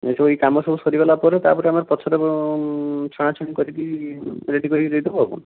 ଏସବୁ ଏଇ କାମ ସବୁ ସରିଗଲା ପରେ ତା'ପରେ ଆମେ ପଛରେ ଛଣାଛୁଣି କରିକି ରେଡ଼ି କରିକି ଦେଇଦେବୁ ଆଉ କ'ଣ